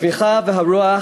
התמיכה והרוח